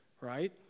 right